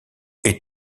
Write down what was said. est